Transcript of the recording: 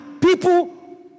people